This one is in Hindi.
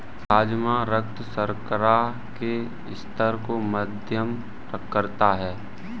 राजमा रक्त शर्करा के स्तर को मध्यम करता है